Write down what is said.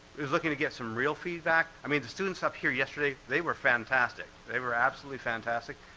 is looking to get some real feedback, i mean, the students up here yesterday, they were fantastic. they were absolutely fantastic,